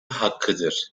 hakkıdır